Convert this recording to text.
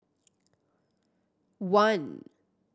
one